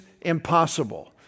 impossible